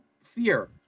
fear